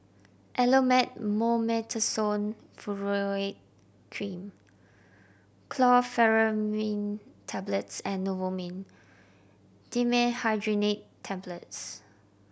Elomet Mometasone Furoate Cream Chlorpheniramine Tablets and Novomin Dimenhydrinate Tablets